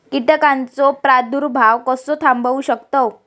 कीटकांचो प्रादुर्भाव कसो थांबवू शकतव?